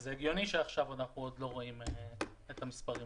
זה הגיוני שעכשיו אנחנו עוד לא רואים את המספרים.